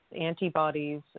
antibodies